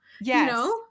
Yes